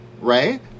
right